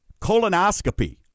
colonoscopy